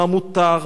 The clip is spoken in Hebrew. מה מותר,